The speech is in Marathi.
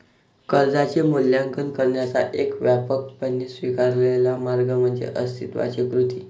कर्जाचे मूल्यांकन करण्याचा एक व्यापकपणे स्वीकारलेला मार्ग म्हणजे अस्तित्वाची कृती